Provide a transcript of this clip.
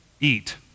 eat